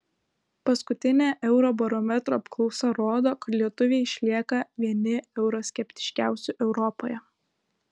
paskutinė eurobarometro apklausa rodo kad lietuviai išlieka vieni euroskeptiškiausių europoje